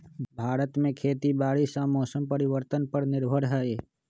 भारत में खेती बारिश और मौसम परिवर्तन पर निर्भर हई